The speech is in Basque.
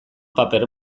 paper